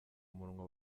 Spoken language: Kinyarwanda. umunwa